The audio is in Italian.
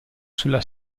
sulla